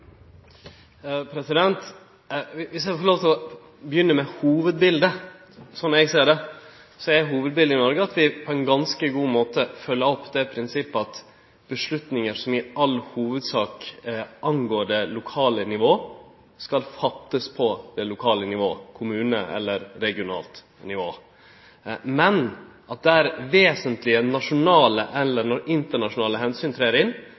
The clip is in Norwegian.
at vi i Noreg på ein ganske god måte følgjer opp det prinsippet at avgjerder som i all hovudsak angår det lokale nivået, skal gjerast på det lokale nivået, kommunenivå eller regionalt nivå. Men når vesentlege nasjonale eller internasjonale omsyn trer inn,